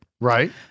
Right